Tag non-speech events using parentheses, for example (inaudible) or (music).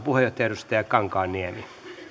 (unintelligible) puheenjohtaja edustaja kankaanniemi